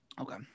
Okay